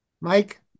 Mike